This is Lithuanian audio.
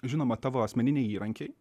žinoma tavo asmeniniai įrankiai